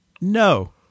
no